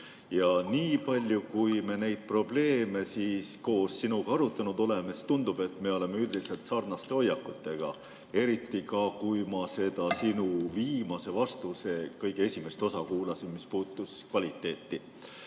Niipalju, kui me neid probleeme koos sinuga arutanud oleme, tundub, et me oleme üldiselt sarnaste hoiakutega, eriti, kui ma kuulasin seda sinu viimase vastuse kõige esimest osa, mis puudutas kvaliteeti.